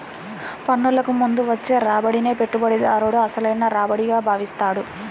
పన్నులకు ముందు వచ్చే రాబడినే పెట్టుబడిదారుడు అసలైన రాబడిగా భావిస్తాడు